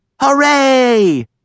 Hooray